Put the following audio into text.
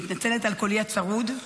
מתנצלת על קולי הצרוד.